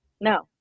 No